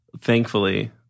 thankfully